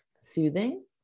soothing